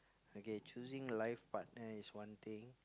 okay choosing life partner is one thing